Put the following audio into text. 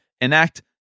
enact